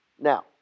Now